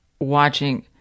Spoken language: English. Watching